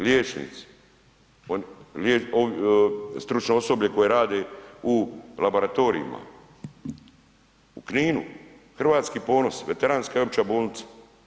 Liječnici, stručno osoblje koje radi u laboratorijima u Kininu, Hrvatski ponos, veteranska i opća bolnica.